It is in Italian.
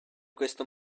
questo